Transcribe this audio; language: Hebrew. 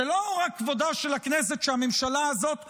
זה לא רק כבודה של הכנסת שהממשלה הזאת רומסת,